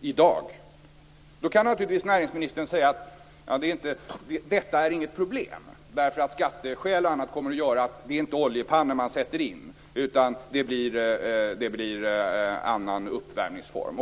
i dag. Då kan naturligtvis näringsministern säga att detta inte är ett problem. Av skatteskäl osv. är det inte oljepannor som sätts in. Det blir någon annan uppvärmningsform.